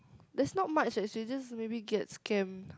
there's not much actually maybe get scammed